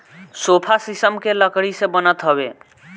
sofa शीशम के लकड़ी से बनत हवे